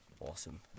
awesome